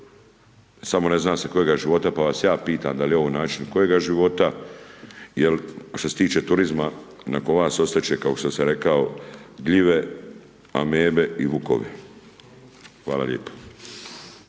samo ne zna se kojega života pa vas ja pitam da li je ovo način kojega života jer što se tiče turizma nakon vas ostati će kao što sam rekao gljive, amebe i vukovi. Hvala lijepa.